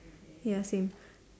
ya same